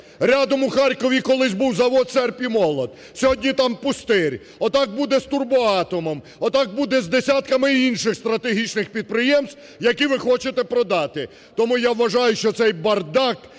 Рядом у Харкові колись був завод "Серп і молот", сьогодні там пустир, отак буде з "Турбоатомом", отак буде з десятками інших стратегічних підприємств, які ви хочете продати. Тому я вважаю, що цей бардак,